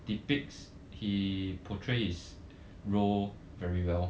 depicts he portray his role very well